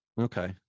Okay